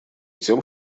тем